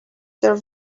there